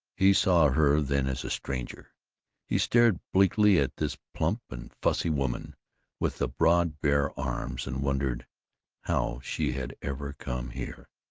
he saw her then as a stranger he stared bleakly at this plump and fussy woman with the broad bare arms, and wondered how she had ever come here.